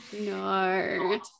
no